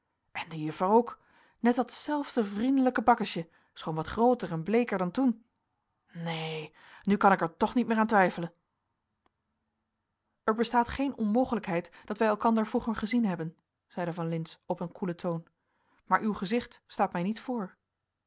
en de juffer ook net datzelfde vriendelijke bakkesje schoon wat grooter en bleeker dan toen neen nu kan ik er toch niet meer aan twijfelen er bestaat geen onmogelijkheid dat wij elkander vroeger gezien hebben zeide van lintz op een koelen toon maar uw gezicht staat mij niet voor